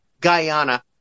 Guyana